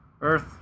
Earth